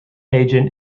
agent